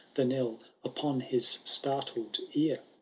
the knell upon his startled ear?